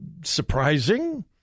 surprising